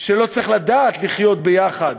שלא צריך לדעת לחיות יחד